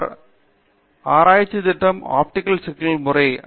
அவரது ஆராய்ச்சி திட்டம் ஆப்டிகல் சிக்னல் செயல்முறை